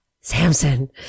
Samson